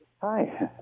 Hi